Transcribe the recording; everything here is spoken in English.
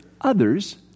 others